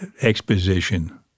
Exposition